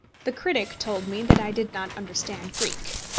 the critic told me that i did not understand greek.